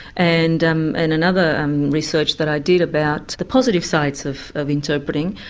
and um and another research that i did about the positive sides of of interpreting,